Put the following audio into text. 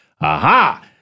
aha